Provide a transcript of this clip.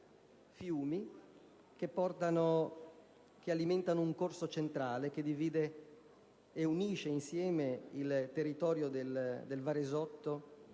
fiumi che alimentano un corso centrale che divide, e insieme unisce, i territori del Varesotto